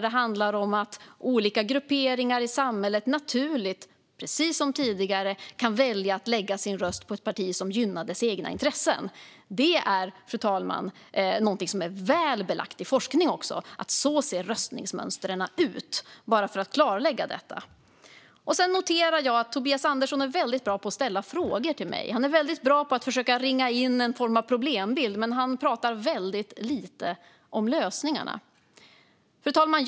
Det handlar om att olika grupperingar i samhället naturligt precis som tidigare kan välja att lägga sin röst på ett parti som gynnar deras egna intressen. Det är någonting som är väl belagt i forskning, fru talman. Så ser röstningsmönstren ut, bara för att klarlägga detta. Sedan noterar jag att Tobias Andersson är väldigt bra på att ställa frågor till mig. Han är väldigt bra på att försöka ringa in en form av problembild. Men han pratar väldigt lite om lösningarna. Fru talman!